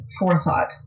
forethought